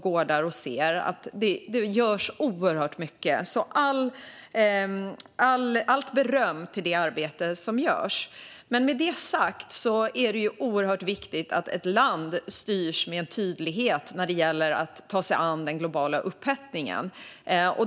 Vi ser vi att det görs oerhört mycket, så jag vill ge beröm till det arbete som görs. Men med det sagt är det oerhört viktigt att ett land styrs med tydlighet när det gäller att ta sig an den globala upphettningen.